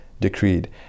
decreed